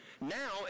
Now